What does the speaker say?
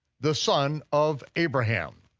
the son of abraham.